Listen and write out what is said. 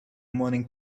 morning